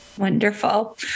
Wonderful